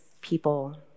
people